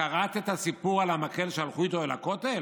קראת את הסיפור על המקל שהלכו איתו אל הכותל,